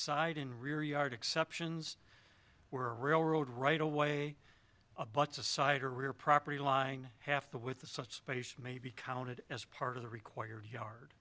side in rear yard exceptions where railroad right away abuts a side or rear property line half the with the such space may be counted as part of the required yard